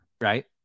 right